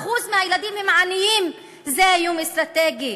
33% מהילדים הם עניים זה איום אסטרטגי.